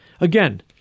Again